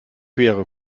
quere